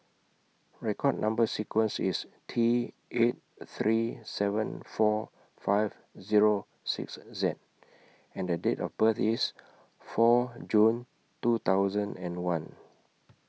record Number sequence IS T eight three seven four five Zero six Z and The Date of birth IS four June two thousand and one